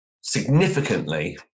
significantly